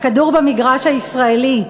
הכדור במגרש הישראלי.